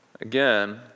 again